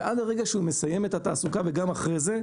ועד הרגע שהוא מסיים את התעסוקה וגם אחרי זה,